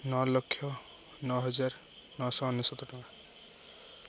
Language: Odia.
ନଅ ଲକ୍ଷ ନଅ ହଜାର ନଅଶହ ଅନେଶ୍ୱତ ଟଙ୍କା